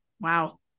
wow